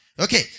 Okay